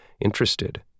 interested